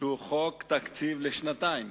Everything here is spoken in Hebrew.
תקציב לשנתיים.